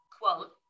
quote